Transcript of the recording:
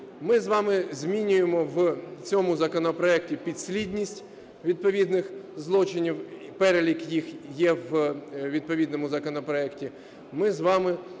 Ми з вами змінюємо в цьому законопроекті підслідність відповідних злочинів, перелік їх є у відповідному законопроекті.